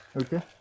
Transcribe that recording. Okay